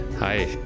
Hi